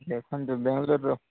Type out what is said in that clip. ଦେଖନ୍ତୁ ବେଙ୍ଗଲୋରର